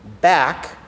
back